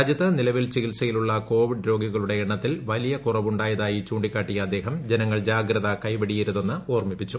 രാജ്യത്ത് നിലവിൽ ചികിത്സയിൽ ഉള്ള കോവിഡ് ഔര്യോഗികളുടെ എണ്ണത്തിൽ വലിയ കുറവുണ്ടായതായി ചൂണ്ടിക്കാട്ടിയ അദ്ദേഹം ജനങ്ങൾ ജാഗ്രത കൈവെടിയരുതെന്ന് ഓർമ്മിപ്പിച്ചു